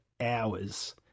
hours